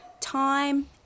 time